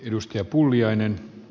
arvoisa puhemies